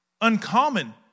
uncommon